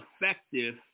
effective